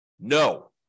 No